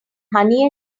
honey